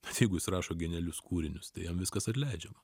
bet jeigu rašo genialius kūrinius tai jam viskas atleidžiama